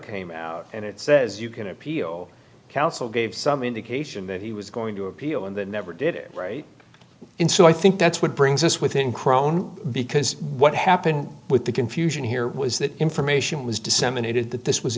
came out and it says you can appeal counsel gave some indication that he was going to appeal and that never did it and so i think that's what brings us within krohn because what happened with the confusion here was that information was disseminated that this was